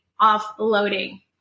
offloading